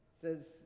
says